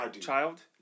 child